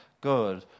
good